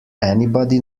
anybody